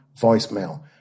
voicemail